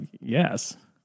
yes